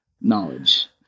knowledge